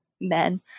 men